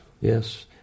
yes